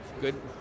good